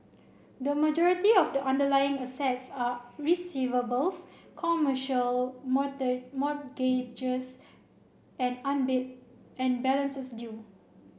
the majority of the underlying assets are receivables commercial mortgages and balances due